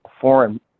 foreign